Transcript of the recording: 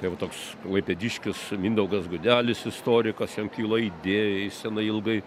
tai va toks klaipėdiškis mindaugas gudelis istorikas jam kyla idėja jis tenai ilgai